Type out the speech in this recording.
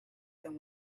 than